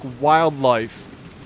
wildlife